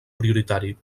prioritari